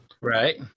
Right